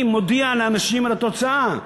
הן מבחינת יועצים שנותנים את התוצאות לאנשים,